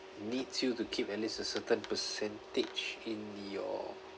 need you to keep at least a certain percentage in your